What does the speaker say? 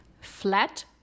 Flat